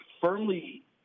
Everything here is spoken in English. firmly